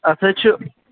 اَتھ حظ چھُ